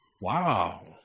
Wow